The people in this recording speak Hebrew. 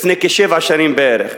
לפני שבע שנים בערך.